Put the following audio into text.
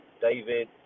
David